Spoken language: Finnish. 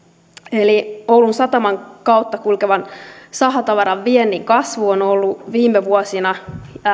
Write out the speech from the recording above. eli oulun sataman kautta kulkevan sahatavaran viennin kasvu on ollut viime vuosina